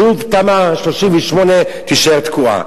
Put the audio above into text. שוב תמ"א 38 תישאר תקועה.